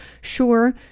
sure